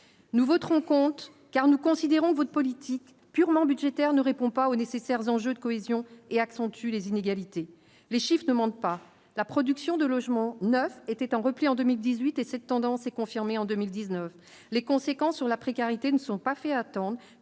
nous voterons compte car nous considérons votre politique purement budgétaire ne répond pas aux nécessaires, enjeu de cohésion et accentue les inégalités, les chiffre ne manquent pas : la production de logements neufs étaient en repli en 2018 et cette tendance s'est confirmée en 2019, les conséquences sur la précarité ne sont pas fait attendre